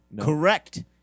Correct